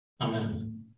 Amen